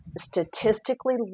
statistically